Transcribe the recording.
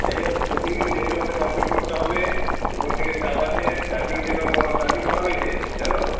যাইহোক পুসিং কিন্তু দেড়টার মধ্যে কমপ্লিট করতে হবে উপর থেকে চাপ আছে চার্জিং যেন চার্জিং কটা হয়েছে জানো